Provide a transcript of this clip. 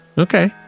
Okay